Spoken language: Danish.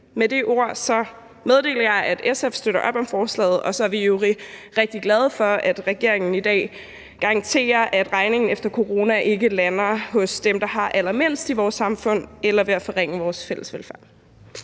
Med de ord meddeler jeg, at SF støtter op om forslaget. Og så er vi i øvrigt rigtig glade for, at regeringen i dag garanterer, at regningen efter coronaen ikke lander hos dem, der har allermindst i vores samfund,